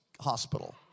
Hospital